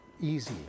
easy